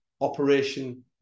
operation